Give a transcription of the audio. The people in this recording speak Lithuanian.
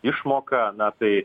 išmoką na tai